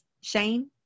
shame